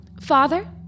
Father